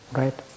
right